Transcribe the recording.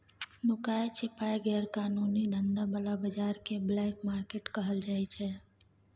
नुकाए छिपाए गैर कानूनी धंधा बला बजार केँ ब्लैक मार्केट कहल जाइ छै